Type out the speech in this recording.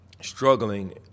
struggling